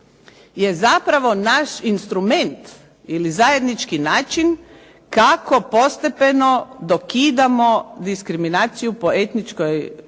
je zapravo naš instrument ili zajednički način kako postepeno dokidamo diskriminaciju po etničkom